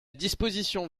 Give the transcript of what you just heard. disposition